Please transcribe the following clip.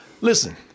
listen